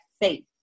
faith